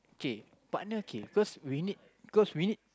okay partner okay because we need because we need